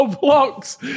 blocks